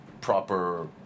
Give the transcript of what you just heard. proper